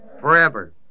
Forever